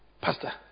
pastor